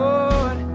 Lord